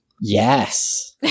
Yes